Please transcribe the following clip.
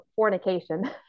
fornication